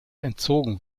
entzogen